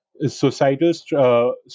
societal